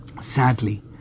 Sadly